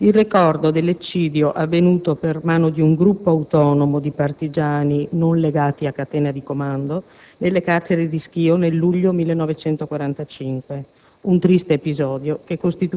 prende a pretesto il ricordo dell'eccidio avvenuto, per mano di un gruppo autonomo di partigiani non legati a catene di comando, nelle carceri di Schio nel luglio del